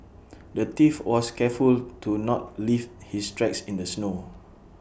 the thief was careful to not leave his tracks in the snow